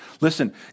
Listen